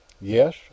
Yes